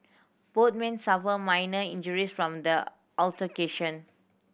both men suffered minor injuries from the altercation